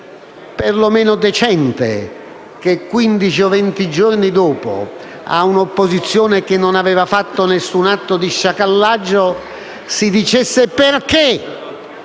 perlomeno decente che, venti giorni dopo, a un'opposizione che non aveva fatto alcun atto di sciacallaggio si dicesse perché